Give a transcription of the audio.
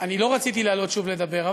אני לא רציתי לעלות שוב לדבר,